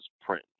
print